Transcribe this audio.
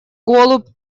голубь